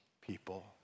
people